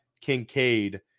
Kincaid